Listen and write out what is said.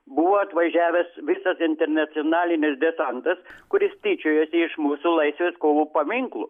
buvo atvažiavęs visas internacionalinis desantas kuris tyčiojosi iš mūsų laisvės kovų paminklų